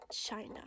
China